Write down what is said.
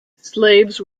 slaves